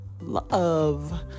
love